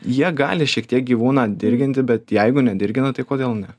jie gali šiek tiek gyvūną dirginti bet jeigu nedirgina tai kodėl ne